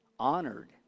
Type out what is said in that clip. Honored